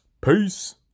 Peace